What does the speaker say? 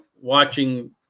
watching